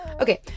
Okay